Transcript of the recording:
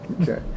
Okay